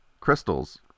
crystals